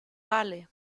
vale